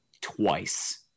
twice